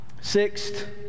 Sixth